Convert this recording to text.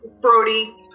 Brody